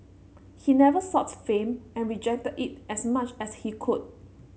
he never sought fame and rejected it as much as he could